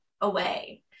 away